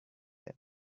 them